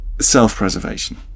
self-preservation